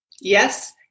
yes